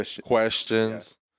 questions